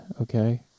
okay